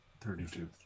thirty-two